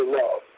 love